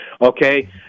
Okay